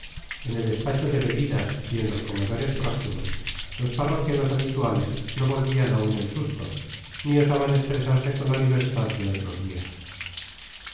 en el despacho de bebidas y en los comedores próximos los parroquianos habituales no volvían aún del susto ni osaban expresarse con la libertad de otros días